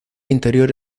interior